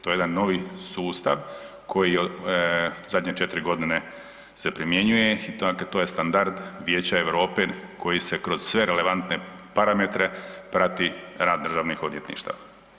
To je jedan novi sustav koji se zadnje četiri godine primjenjuje i to je standard Vijeća Europe koji se kroz sve relevantne parametre prati rad državnih odvjetništava.